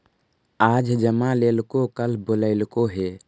आज जमा लेलको कल बोलैलको हे?